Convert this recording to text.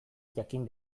jakin